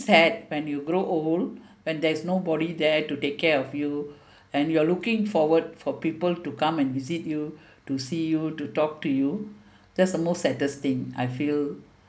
sad when you grow old and there's nobody there to take care of you and you're looking forward for people to come and visit you to see you to talk to you that's the most saddest thing I feel